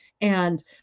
And-